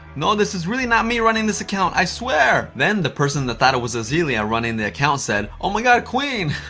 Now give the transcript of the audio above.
no, this is really not me running this account, i swear! then the person that thought it was azealia running the account said oh my god. queen!